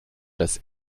das